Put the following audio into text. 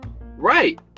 Right